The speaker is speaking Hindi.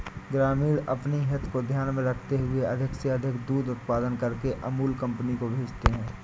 ग्रामीण अपनी हित को ध्यान में रखते हुए अधिक से अधिक दूध उत्पादन करके अमूल कंपनी को भेजते हैं